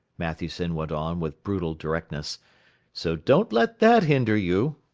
matthewson went on with brutal directness so don't let that hinder you.